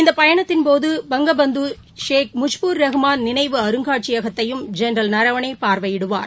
இந்தபயணத்தின் போது பங்கபந்தஷேக் முஜ்பூர் ரஹ்மான் நினைவு அருங்காட்சியகத்தையும் ஜெனரல் நரவாணேபார்வையிடுவார்